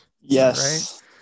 Yes